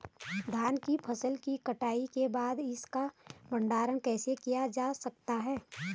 धान की फसल की कटाई के बाद इसका भंडारण कैसे किया जा सकता है?